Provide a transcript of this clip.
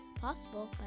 possible